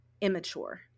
immature